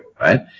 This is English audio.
right